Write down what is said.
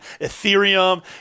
Ethereum